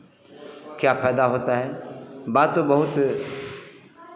क्या फ़ायदा होता है बात तो बहुत